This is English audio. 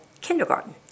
kindergarten